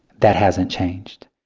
that hasn't changed